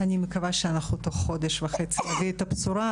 אני מקווה שתוך חודש וחצי אנחנו נביא את הבשורה,